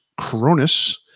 Cronus